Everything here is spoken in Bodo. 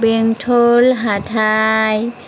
बेंथल हाथाइ